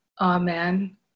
Amen